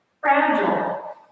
fragile